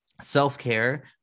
self-care